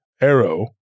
arrow